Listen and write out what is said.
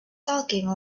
talking